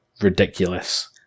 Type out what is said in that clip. ridiculous